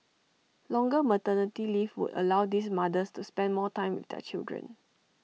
longer maternity leave would allow these mothers to spend more time with their children